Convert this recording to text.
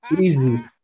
Easy